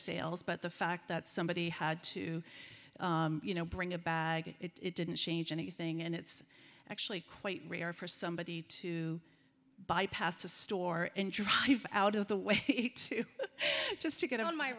sales but the fact that somebody had to you know bring a bag it didn't change anything and it's actually quite rare for somebody to bypass a store and drive out of the way just to get on my